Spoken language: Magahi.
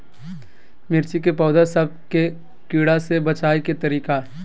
मिर्ची के पौधा सब के कीड़ा से बचाय के तरीका?